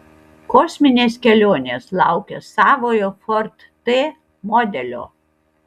kosminės kelionės laukia savojo ford t modelio